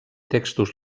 textos